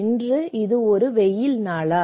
இன்று இது ஒரு வெயில் நாளா